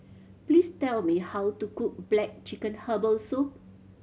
please tell me how to cook black chicken herbal soup